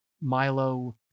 Milo